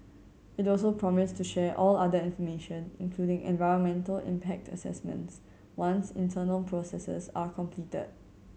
it also promised to share all other information including environmental impact assessments once internal processes are completed